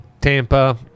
Tampa